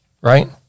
right